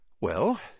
Well